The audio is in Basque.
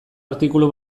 artikulu